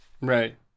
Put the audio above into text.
Right